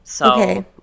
Okay